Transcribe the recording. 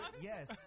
Yes